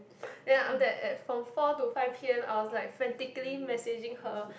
ya I am that at from four to five P_M I was like frantically messaging her